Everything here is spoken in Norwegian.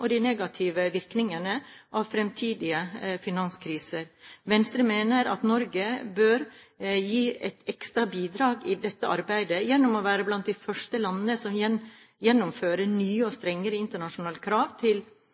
og de negative virkningene av fremtidige finanskriser. Venstre mener at Norge bør gi et ekstra bidrag i dette arbeidet gjennom å være blant de første landene som gjennomfører nye og strengere internasjonale krav til